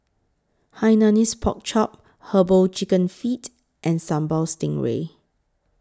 Hainanese Pork Chop Herbal Chicken Feet and Sambal Stingray